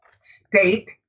state